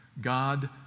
God